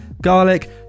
garlic